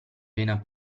vena